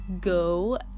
go